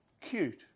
cute